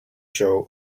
show